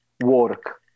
work